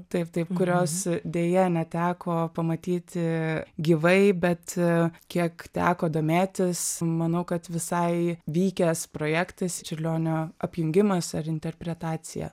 taip taip kurios deja neteko pamatyti gyvai bet kiek teko domėtis manau kad visai vykęs projektas čiurlionio apjungimas ar interpretacija